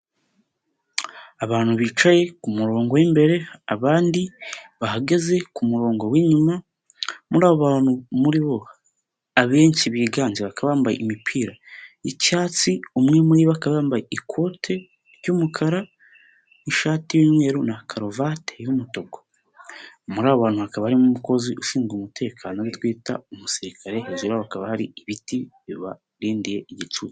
Abantu bicaye ku murongo w'imbere abandi bahagaze ku murongo w'inyuma muri abo bantu muri bo abenshi biganje bakaba bambaye imipira y'icyatsi, umwe muri bo yambaye ikote ry'umukara, ishati y'umweru na karuvati y'umutuku, muri abo bantu hakaba harimo umukozi ushinzwe umutekano twita umusirikare, hejuru yabo hakaba hari ibiti bibarindiye igicucu.